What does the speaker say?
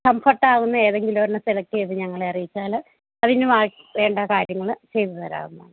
കംഫർട്ടാവുന്ന ഏതെങ്കിലും ഒരെണ്ണം സെലക്ടെയ്ത് ഞങ്ങളെ അറിയിച്ചാല് അതിനു വേണ്ട കാര്യങ്ങള് ചെയ്തുതരാവുന്നാണ്